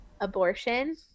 abortion